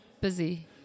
busy